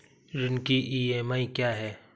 ऋण की ई.एम.आई क्या है?